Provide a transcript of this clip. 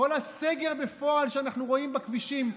כל הסגר בפועל שאנחנו רואים בכבישים,